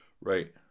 Right